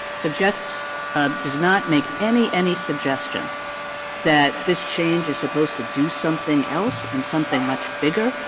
suggests ah does not make any any suggestion that this change is supposed to do something else and something much bigger,